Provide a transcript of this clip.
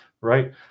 right